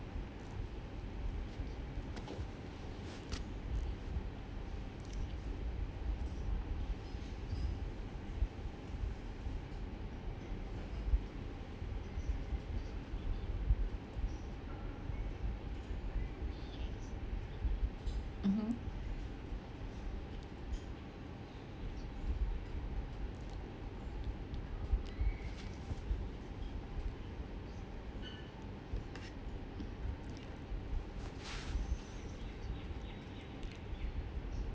mmhmm